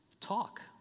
talk